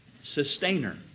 sustainer